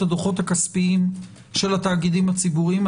הדוחות הכספיים של התאגידים הציבוריים.